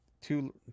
two